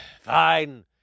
Fine